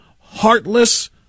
heartless